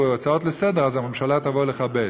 הצעות לסדר-היום הממשלה תבוא לכבד.